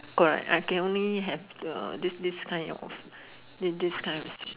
good right I can only have uh this this kind of this this kind of